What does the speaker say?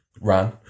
ran